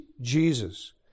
Jesus